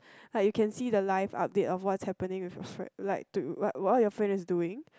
like you can see the life update of what's happening with your friend like to what are your friend was doing